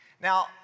Now